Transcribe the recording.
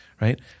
right